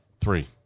Three